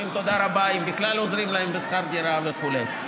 אומרים תודה רבה אם בכלל עוזרים להם בשכר דירה וכו'.